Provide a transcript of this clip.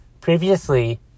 previously